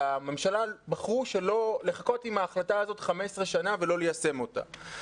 בממשלה בחרו לחכות עם ההחלטה הזאת 15 שנה ולא ליישם אותה.